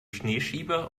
schneeschieber